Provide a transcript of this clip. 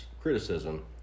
criticism